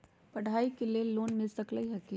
पढाई के लेल लोन मिल सकलई ह की?